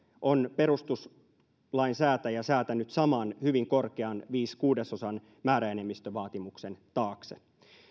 on perustuslain säätäjä säätänyt saman hyvin korkean viiden kuudesosan määräenemmistövaatimuksen taakse